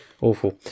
Awful